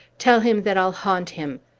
tell him that i'll haunt him!